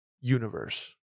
universe